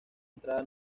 entrada